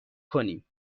کنیم